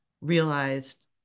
realized